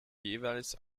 jeweils